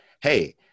hey